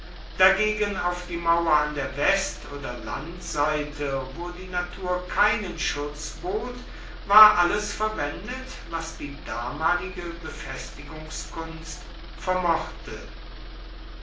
dagegen auf die mauer an der west oder landseite wo die natur keinen schutz bot war alles verwendet was die damalige befestigungskunst vermochte